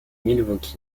milwaukee